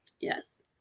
yes